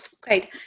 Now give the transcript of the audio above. Great